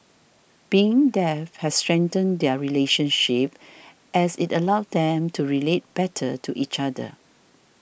being deaf has strengthened their relationship as it allowed them to relate better to each other